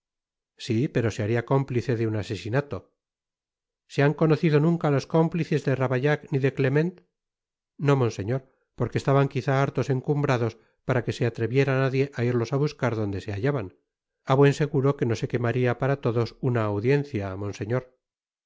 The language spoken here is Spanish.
asesinato se han conocido nunca tos cómplices de ravaillac ni de clement no monseñor porque estaban quizá harto encumbrados para que se atreviera nadie á irlos á buscar donde se hallaban a buen seguro que no se quemaria para todos una audiencia monseñor